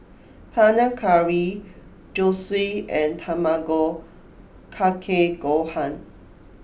Panang Curry Zosui and Tamago Kake Gohan